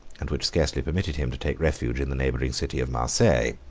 and which scarcely permitted him to take refuge in the neighboring city of marseilles.